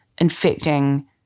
infecting